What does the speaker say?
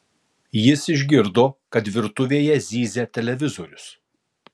jis išgirdo kad virtuvėje zyzia televizorius